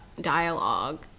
dialogue